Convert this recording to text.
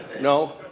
no